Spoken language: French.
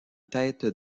tête